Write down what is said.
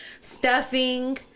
stuffing